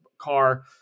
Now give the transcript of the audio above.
car